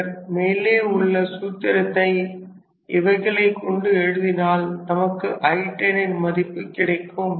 பின்னர் மேலே உள்ள சூத்திரத்தை இவைகளைக் கொண்டு எழுதினால் நமக்கு I10 ன் மதிப்பு கிடைக்கும்